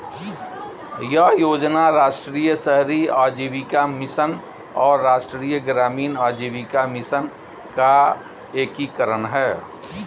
यह योजना राष्ट्रीय शहरी आजीविका मिशन और राष्ट्रीय ग्रामीण आजीविका मिशन का एकीकरण है